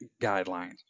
guidelines